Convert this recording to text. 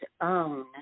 own